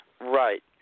Right